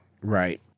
Right